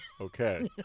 okay